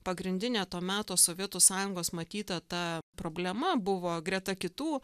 pagrindinė to meto sovietų sąjungos matyta ta problema buvo greta kitų